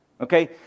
Okay